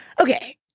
Okay